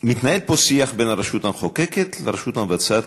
מתנהל פה שיח בין הרשות המחוקקת לרשות המבצעת,